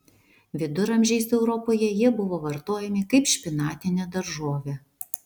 viduramžiais europoje jie buvo vartojami kaip špinatinė daržovė